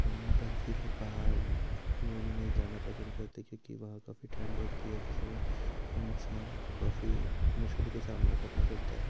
हम बर्फीले पहाड़ ओ में नहीं जाना पसंद करते क्योंकि वहाँ काफ़ी ठंड होती है जिसमें इंसान को काफ़ी मुश्किलों का सामना करना पड़ता है